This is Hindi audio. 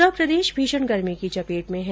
पूरा प्रदेश भीषण गर्मी की चपेट में है